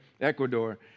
Ecuador